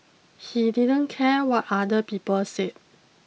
he didn't care what other people said